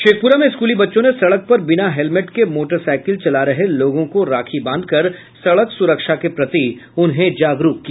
शेखप्रा में स्कूली बच्चों ने सड़क पर बिना हेलमेट के मोटरसाईकिल चला रहे लोगों को राखी बांध कर सड़क सुरक्षा के प्रति उन्हें जागरूक किया